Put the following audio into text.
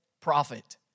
Profit